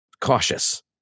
cautious